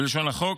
בלשון החוק,